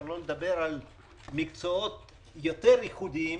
שלא לדבר על מקצועות יותר ייחודיים.